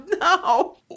no